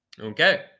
Okay